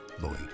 Lloyd